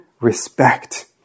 respect